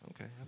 Okay